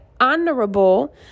honorable